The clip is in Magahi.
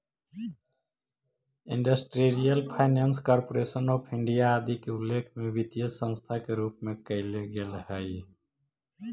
industrial finance corporation of India आदि के उल्लेख भी वित्तीय संस्था के रूप में कैल गेले हइ